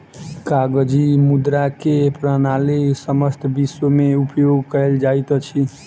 कागजी मुद्रा के प्रणाली समस्त विश्व में उपयोग कयल जाइत अछि